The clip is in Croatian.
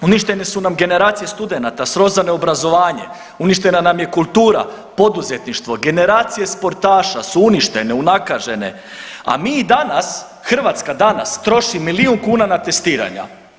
Uništene su nam generacije studenata, srozano obrazovanje, uništena nam je kultura, poduzetništvo, generacije sportaša su uništene, unakažene, a mi i danas, Hrvatska danas troši milijun kuna na testiranja.